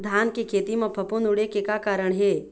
धान के खेती म फफूंद उड़े के का कारण हे?